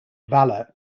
valour